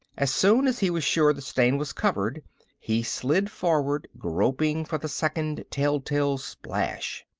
as soon as he was sure the stain was covered he slid forward, groping for the second telltale splash.